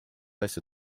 asja